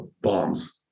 bombs